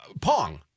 Pong